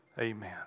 Amen